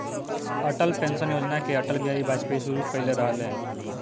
Atal pension योजना के अटल बिहारी वाजपयी शुरू कईले रलें